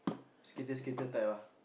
skater skater type lah